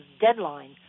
deadline